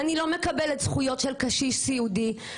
אני לא מקבלת זכויות של קשיש סיעודי.